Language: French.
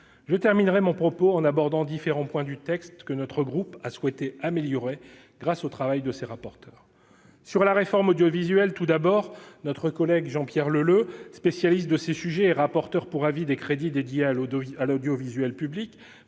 Je terminerai mon propos en abordant différents points du texte que notre groupe a souhaité améliorer grâce au travail de nos rapporteurs. S'agissant de la réforme audiovisuelle, notre collègue Jean-Pierre Leleux, spécialiste de ces sujets et rapporteur pour avis des crédits dédiés à l'audiovisuel public,